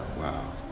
wow